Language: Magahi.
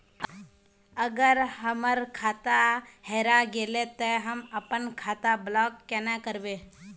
अगर हमर खाता हेरा गेले ते हम अपन खाता ब्लॉक केना करबे?